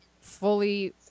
fully